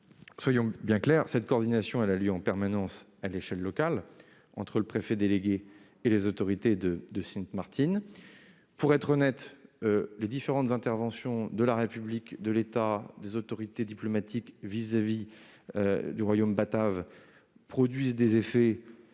Soyons bien clairs, une coordination a lieu en permanence à l'échelle locale entre le préfet délégué et les autorités de Sint Maarten. Pour être honnête, je me dois de dire que, si les différentes interventions de la République, de l'État, des autorités diplomatiques vis-à-vis du royaume batave produisent des effets, Sint